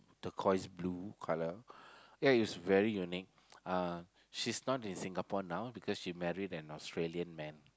turquoise blue colour ya it's very unique uh she's not in Singapore now because she married an Australian man